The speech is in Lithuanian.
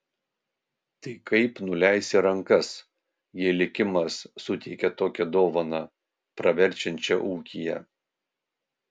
tai kaip nuleisi rankas jei likimas suteikė tokią dovaną praverčiančią ūkyje